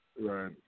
Right